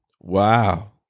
Wow